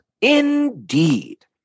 Indeed